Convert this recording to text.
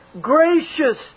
gracious